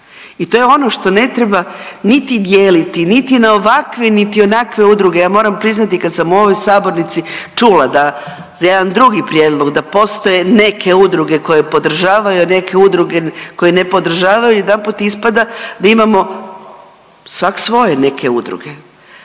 I to je ono što ne treba niti dijeliti, niti na ovakve, niti onakve udruge. Ja moram priznati kad sam u ovoj sabornici čula da za jedan drugi prijedlog da postoje neke udruge koje podržavaju, a neke udruge koje ne podržavaju jedanput ispada da imamo svak svoje neke udruge.